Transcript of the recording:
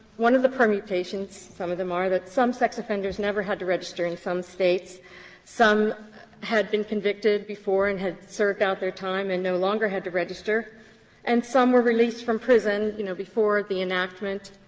one of the permutations, some of them are that some sex offenders never had to register in some states some had been convicted before and had served out their time and no longer had to register and some were released from prison, you know, before the enactment